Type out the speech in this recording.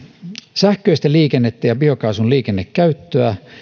sähköistä liikennettä ja biokaasun liikennekäyttöä